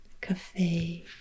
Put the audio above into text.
cafe